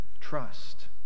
trust